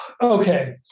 Okay